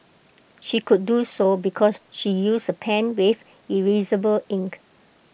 she could do so because she used A pen with erasable ink